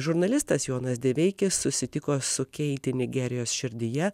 žurnalistas jonas deveikis susitiko su keiti nigerijos širdyje